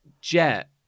Jet